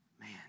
Man